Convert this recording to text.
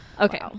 Okay